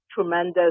tremendous